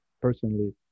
personally